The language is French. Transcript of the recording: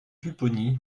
pupponi